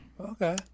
Okay